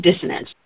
dissonance